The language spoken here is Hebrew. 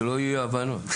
שלא יהיו אי הבנות.